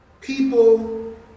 People